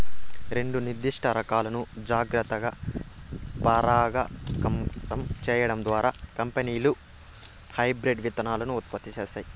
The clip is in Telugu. రెండు నిర్దిష్ట రకాలను జాగ్రత్తగా పరాగసంపర్కం చేయడం ద్వారా కంపెనీలు హైబ్రిడ్ విత్తనాలను ఉత్పత్తి చేస్తాయి